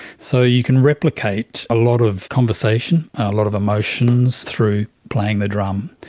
so you can replicate a lot of conversation, a lot of emotions through playing the drum,